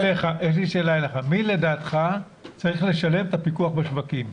מי לדעתך צריך לשלם את הפיקוח בשווקים?